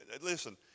listen